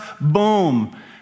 boom